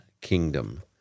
Kingdom